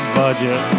budget